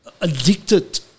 addicted